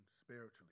spiritually